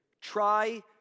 try